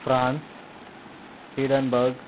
France edinburgh